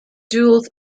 jewels